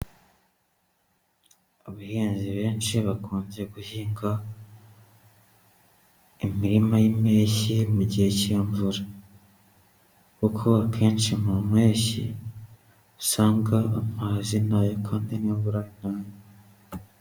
Abahinzi benshi bakunze guhinga imirima y'impeshyi mu gihe cy'imvura kuko akenshi mu mpeshyi usanga amazi ntayo kandi n'imvura ntayo.